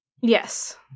Yes